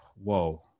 whoa